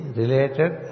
related